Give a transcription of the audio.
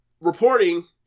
reporting